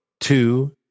Two